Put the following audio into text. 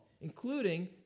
including